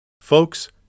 Folks